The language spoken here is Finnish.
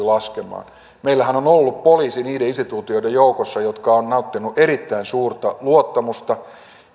laskemaan meillähän on ollut poliisi niiden instituutioiden joukossa jotka ovat nauttineet erittäin suurta luottamusta